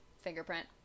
fingerprint